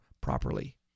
properly